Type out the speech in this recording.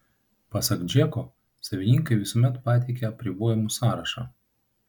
pasak džeko savininkai visuomet pateikia apribojimų sąrašą